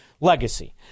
legacy